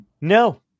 no